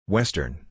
Western